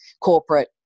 corporate